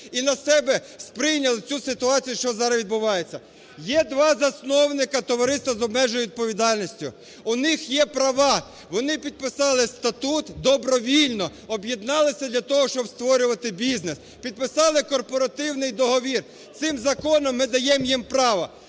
і на себе сприйняли цю ситуацію, що зараз відбувається. Є два засновника товариства з обмеженою відповідальністю. У них є права, вони підписали статут добровільно, об'єднались для того, щоб створювати бізнес. Підписали корпоративний договір. Цим законом ми даємо їм право.